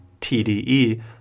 TDE